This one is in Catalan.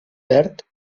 verd